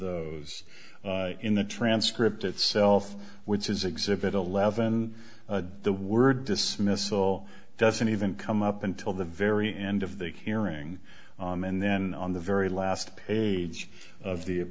those in the transcript itself which is exhibit eleven the word dismissal doesn't even come up until the very end of the hearing and then on the very last page of the